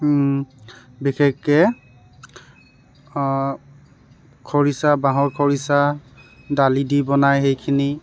বিশেষকৈ খৰিচা বাঁহৰ খৰিচা দালি দি বনাই সেইখিনি